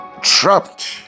trapped